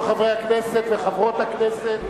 מכל חברי הכנסת וחברות הכנסת